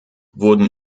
wurden